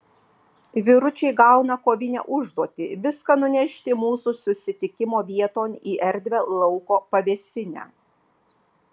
vyručiai gauna kovinę užduotį viską nunešti mūsų susitikimo vieton į erdvią lauko pavėsinę